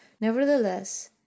nevertheless